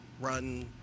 run